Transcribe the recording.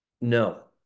No